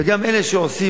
וגם אלה שעושים,